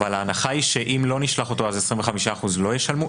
ההנחה היא שאם לא נשלח אותו, אז 25% לא ישלמו?